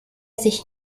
sich